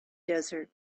desert